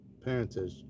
parentage